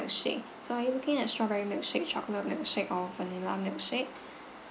milkshake so are you looking at strawberry milkshake chocolate milkshake or vanilla milkshake